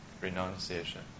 renunciation